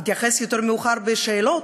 הוא התייחס יותר מאוחר לשאלות,